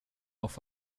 auf